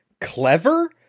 clever